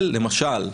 בישראל למשל,